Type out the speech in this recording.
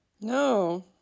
No